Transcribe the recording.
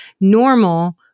normal